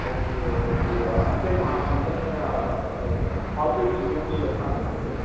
okay okay అంటే మా company policies గురించి చెప్తాను వినండి